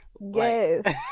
yes